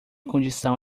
condição